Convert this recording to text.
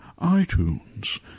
iTunes